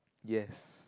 yes